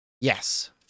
yes